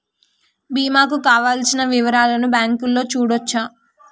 బీమా కు కావలసిన వివరాలను బ్యాంకులో చూడొచ్చా?